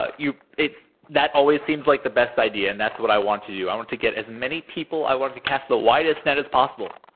ah you it's that always seems like the best idea, and that's what i want to do. i want to get as many people. i want to cast the widest net as possible,